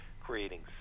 creating